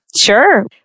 sure